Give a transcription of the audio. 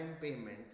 payment